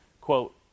quote